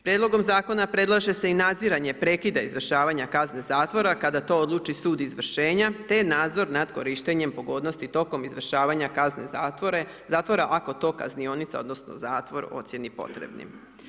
Prijedlogom zakona predlaže se i nadziranje prekida izvršavanja kazne zatvora kada to odluči sud izvršenja, te nadzor nad korištenjem pogodnosti tijekom izvršavanja kazne zatvora, ako to kaznionica odnosno zatvor ocijeni potrebnim.